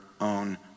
own